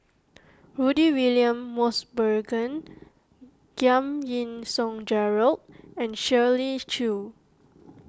Rudy William Mosbergen Giam Yean Song Gerald and Shirley Chew